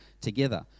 together